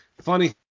funny